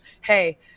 hey